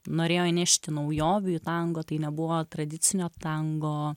norėjo įnešti naujovių į tango tai nebuvo tradicinio tango